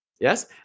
Yes